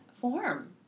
form